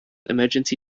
emergency